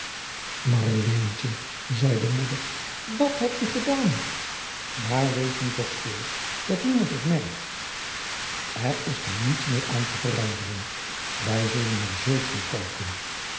marleentje zei de moeder wat heb je gedaan maar wees nu toch stil dat niemand het merkt er is nu niets meer aan te veranderen wij zullen er zult van koken